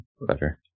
better